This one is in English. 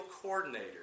coordinator